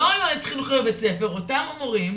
לא היועץ החינוכי בבית הספר אלא אותם המורים,